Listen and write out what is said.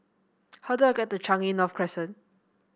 how do I get to Changi North Crescent